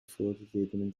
vorgegebenen